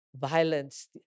violence